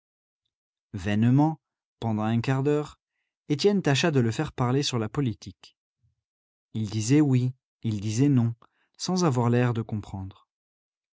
vainement pendant un quart d'heure étienne tâcha de le faire parler sur la politique il disait oui il disait non sans avoir l'air de comprendre